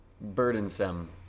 Burdensome